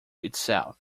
itself